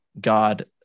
God